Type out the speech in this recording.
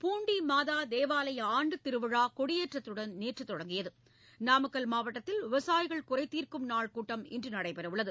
பூண்டி மாதா தேவாலய ஆண்டுத் திருவிழா கொடியேற்றத்துடன் நேற்று தொடங்கியது நாமக்கல் மாவட்டத்தில் விவசாயிகள் குறைதீர்க்கும் நாள் கூட்டம் இன்று நடைபெறவுள்ளது